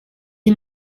est